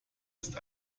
ist